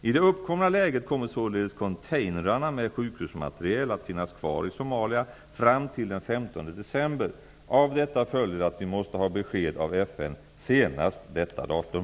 I det uppkomna läget kommer således containrarna med sjukhusmateriel att finnas kvar i Somalia fram till den 15 december. Av detta följer att vi måste ha besked av FN senast detta datum.